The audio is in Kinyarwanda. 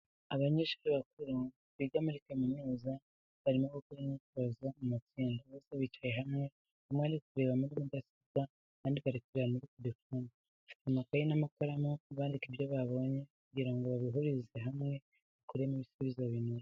Abanyeshuri bakuru biga muri kaminuza barimo gukora imyitozo mu matsinda, bose bicaye hamwe bamwe bari kureba muri mudasobwa, abandi bari kureba muri telefoni, bafite amakayi n'amakaramu bandika ibyo babonye kugira ngo bazabihurize hamwe bakuremo ibisubizo binoze.